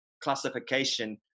classification